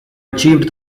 achieved